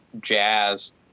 jazz